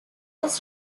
its